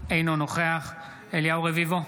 אינו נוכח אליהו רביבו,